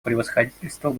превосходительству